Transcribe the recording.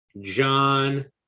John